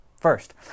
First